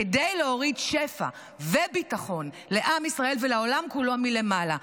כדי להוריד שפע וביטחון לעם ישראל ולעולם כולו מלמעלה.